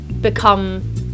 become